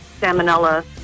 salmonella